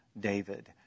David